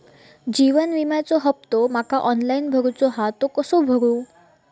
जीवन विम्याचो हफ्तो माका ऑनलाइन भरूचो हा तो कसो भरू?